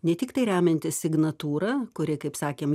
ne tiktai remiantis signatūra kuri kaip sakėm